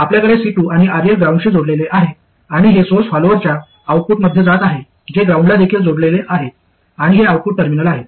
आपल्याकडे C2 आणि RL ग्राउंडशी जोडलेले आहे आणि हे सोर्स फॉलोअरच्या आउटपुटमध्ये जात आहे जे ग्राउंडला देखील जोडलेले आहे आणि हे आउटपुट टर्मिनल आहे